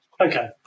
Okay